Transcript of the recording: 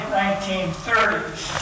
1930s